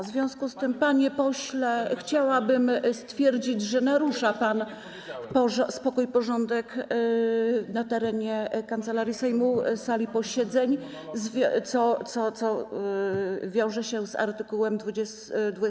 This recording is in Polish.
W związku z tym, panie pośle, chciałabym stwierdzić, że narusza pan spokój i porządek na terenie Kancelarii Sejmu, sali posiedzeń, co wiąże się z art. 22b.